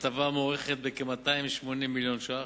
הטבה המוערכת בכ-280 מיליון ש"ח.